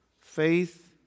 Faith